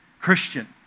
Christian